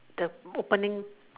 the opening